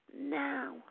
now